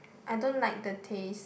I don't like the taste